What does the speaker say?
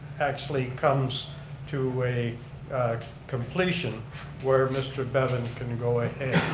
actually comes to a completion where mr. bevan can go ahead.